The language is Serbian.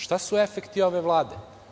Šta su efekti ove vlade?